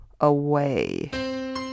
away